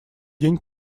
день